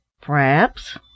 Perhaps